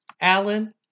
Alan